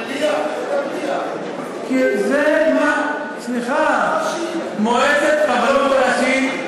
מניח, כי זה מה, סליחה, מועצת הרבנות הראשית,